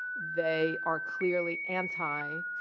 they are clearly anti-minorities.